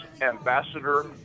ambassador